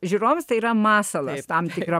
žiūrovams tai yra masalas tam tikra